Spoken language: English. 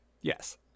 yes